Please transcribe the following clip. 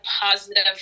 positive